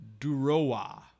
Duroa